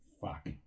Fuck